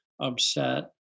upset